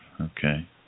Okay